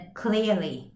clearly